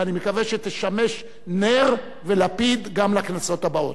ואני מקווה שתשמש נר ולפיד גם לכנסות הבאות.